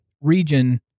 region